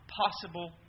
possible